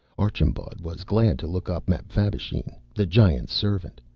archambaud was glad to look up mapfabvisheen, the giant's servant,